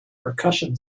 percussion